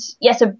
yes